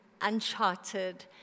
uncharted